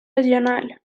regional